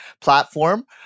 platform